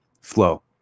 flow